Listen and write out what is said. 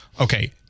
Okay